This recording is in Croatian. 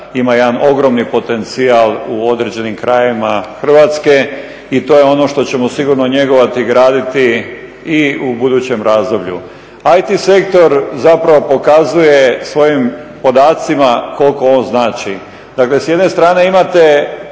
ima jedan ogroman potencijal u određenim krajevima Hrvatske i to je ono što ćemo sigurno njegovati i graditi i u budućem razdoblju. IT sektor zapravo pokazuje svojim podacima koliko on znači. Dakle s jedne strane imate